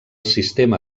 sistema